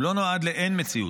הוא לא נועד לאין-מציאות.